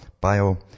bio